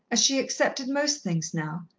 as she accepted most things now,